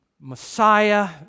Messiah